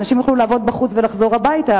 אנשים יוכלו לעבוד בחוץ ולחזור הביתה.